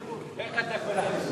איך אתה יכול להחליף אותי?